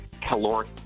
caloric